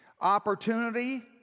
Opportunity